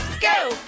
go